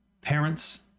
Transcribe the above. parents